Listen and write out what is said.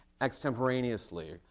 extemporaneously